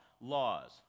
Laws